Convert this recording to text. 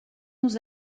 nous